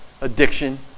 Addiction